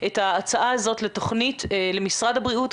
את ההצעה הזאת לתוכנית למשרד בריאות.